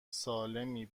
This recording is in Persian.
سالمی